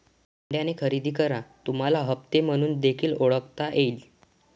भाड्याने खरेदी करा तुम्हाला हप्ते म्हणून देखील ओळखता येईल